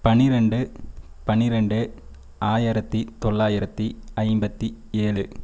பனிரெண்டு பனிரெண்டு ஆயிரத்தி தொள்ளாயிரத்தி ஐம்பத்தி ஏழு